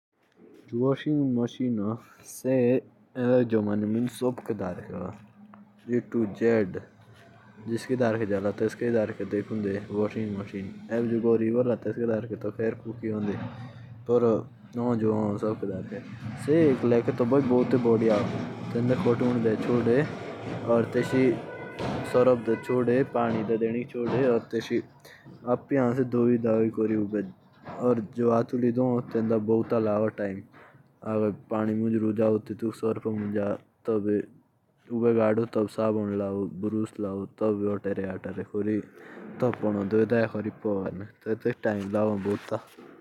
जो washing machine होती ह तो उसमें कपड़े धोने की जरूरत ही नि होती।